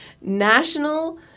National